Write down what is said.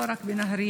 לא רק בנהריה,